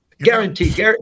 Guaranteed